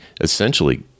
essentially